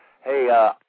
hey